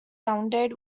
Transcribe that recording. sounded